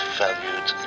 valued